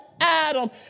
Adam